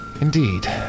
Indeed